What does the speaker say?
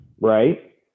Right